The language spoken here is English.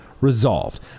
resolved